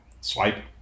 swipe